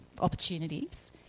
opportunities